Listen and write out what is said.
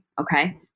okay